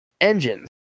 engines